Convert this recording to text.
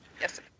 Yes